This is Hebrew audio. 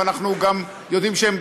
ואנחנו גם יודעים שהם,